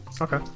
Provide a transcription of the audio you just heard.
Okay